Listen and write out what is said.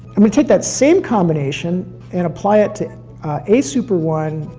and we take that same combination and apply it to a super one,